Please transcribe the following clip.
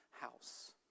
house